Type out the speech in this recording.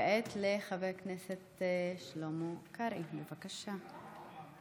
כעת לחבר הכנסת שלמה קרעי, בבקשה.